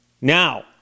Now